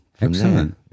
excellent